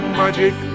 magic